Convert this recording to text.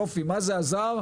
יופי מה זה עזר?